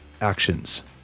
actions